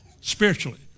spiritually